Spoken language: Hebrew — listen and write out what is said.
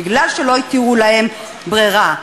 מפני שלא הותירו להם ברירה.